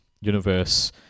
universe